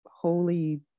Holy